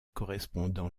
correspondant